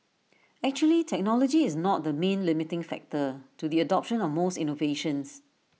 actually technology is not the main limiting factor to the adoption of most innovations